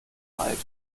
alt